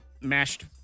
mashed